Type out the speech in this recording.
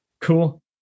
Cool